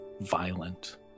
violent